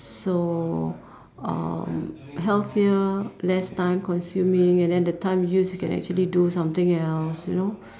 so um healthier less time consuming and then the time use you can actually do something else you know